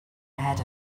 ahead